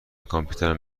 کامپیوترم